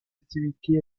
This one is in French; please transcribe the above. activités